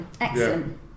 Excellent